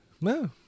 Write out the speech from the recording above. No